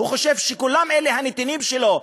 הוא חושב שכולם הנתינים שלו,